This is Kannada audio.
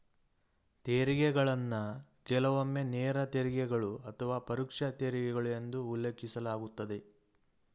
ತೆರಿಗೆಗಳನ್ನ ಕೆಲವೊಮ್ಮೆ ನೇರ ತೆರಿಗೆಗಳು ಅಥವಾ ಪರೋಕ್ಷ ತೆರಿಗೆಗಳು ಎಂದು ಉಲ್ಲೇಖಿಸಲಾಗುತ್ತದೆ